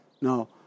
no